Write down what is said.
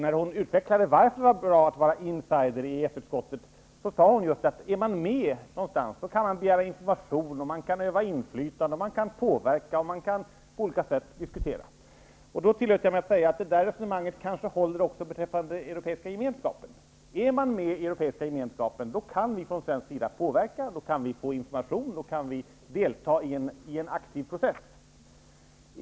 När hon utvecklade varför det var bra att vara insider i EES utskottet sade hon att om man är med kan man begära information, öva inflytande, påverka och diskutera. Jag tillät mig då att säga att det där resonemanget kanske också håller beträffande den europeiska gemenskapen. Är vi med i den europeiska gemenskapen kan vi från svensk sida påverka, få information och delta i en aktiv process.